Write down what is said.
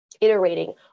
iterating